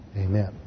Amen